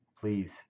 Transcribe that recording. Please